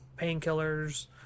painkillers